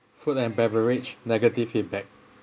food and beverage negative feedback